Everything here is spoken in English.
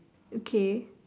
okay